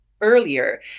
earlier